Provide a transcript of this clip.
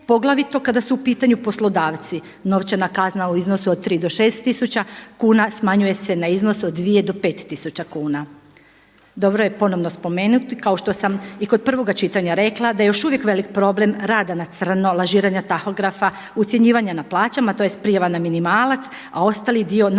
poglavito kada su u pitanju poslodavci. Novčana kazna u iznosu od tri do šest tisuća kuna smanjuje se na iznos od dvije do pet tisuća kuna. Dobro je ponovno spomenuti kao što sam i kod prvoga čitanja rekla da je još uvijek velik problem rada na crno, lažiranja tahografa, ucjenjivanje na plaćama tj. prijava na minimalac, a ostali dio na ruke.